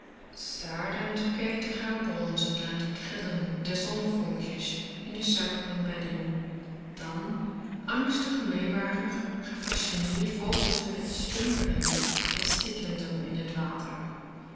starend keek de goud bronzen naar t krielen der zonne vonkjes in de suikeren bedding dan angstig meewarig gefascineerd volgde ze het stumperen der stikkenden in het water